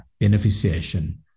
beneficiation